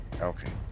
Okay